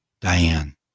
Diane